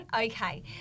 okay